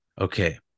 Okay